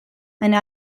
eine